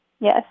Yes